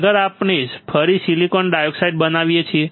આગળ આપણે ફરી સિલિકોન ડાયોક્સાઈડ બનાવીએ છીએ